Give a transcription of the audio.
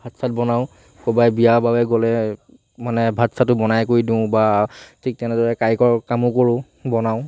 ভাত চাত বনাওঁ বিয়া বাৰুৱে গ'লে মানে ভাত চাতো বনাই কৰি দিওঁ বা ঠিক তেনেদৰে কাৰিকৰৰ কামো কৰোঁ বনাওঁ